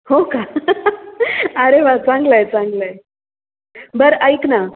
हो का अरे वा चांगलं आहे चांगलं आहे बरं ऐक ना